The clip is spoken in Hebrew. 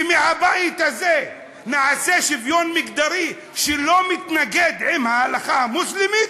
שמהבית הזה נעשה שוויון מגדרי שלא מתנגש עם ההלכה המוסלמית,